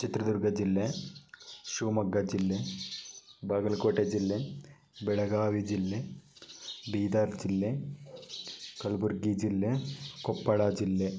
ಚಿತ್ರದುರ್ಗ ಜಿಲ್ಲೆ ಶಿವಮೊಗ್ಗ ಜಿಲ್ಲೆ ಬಾಗಲಕೋಟೆ ಜಿಲ್ಲೆ ಬೆಳಗಾವಿ ಜಿಲ್ಲೆ ಬೀದರ್ ಜಿಲ್ಲೆ ಕಲ್ಬುರ್ಗಿ ಜಿಲ್ಲೆ ಕೊಪ್ಪಳ ಜಿಲ್ಲೆ